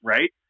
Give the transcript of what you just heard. Right